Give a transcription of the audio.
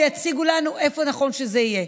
הם יבואו ויציגו לנו איפה נכון שזה יהיה.